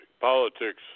politics